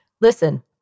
Listen